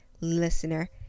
listener